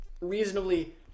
reasonably